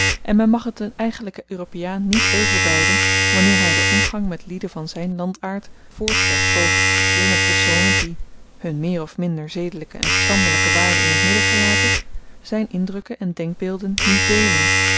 en men mag het den eigenlyken europeaan niet euvel duiden wanneer hy den omgang met lieden van zyn landaard voortrekt boven t verkeer met personen die hun meer of minder zedelyke en verstandelyke waarde in t midden gelaten zyn indrukken en denkbeelden niet deelen